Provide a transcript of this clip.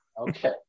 Okay